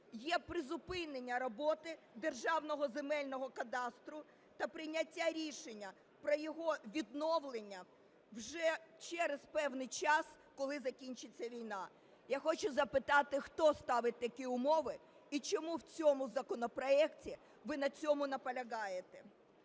є призупинення роботи Державного земельного кадастру та прийняття рішення про його відновлення вже через певний час, коли закінчиться війна. Я хочу запитати, хто ставить такі умови і чому в цьому законопроекті ви на цьому наполягаєте?